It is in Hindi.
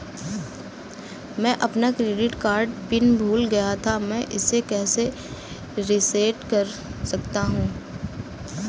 मैं अपना क्रेडिट कार्ड पिन भूल गया था मैं इसे कैसे रीसेट कर सकता हूँ?